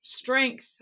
Strength